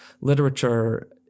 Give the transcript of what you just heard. literature